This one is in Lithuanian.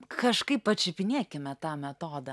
kažkaip pačiupinėkime tą metodą